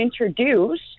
introduce